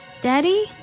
Daddy